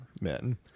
men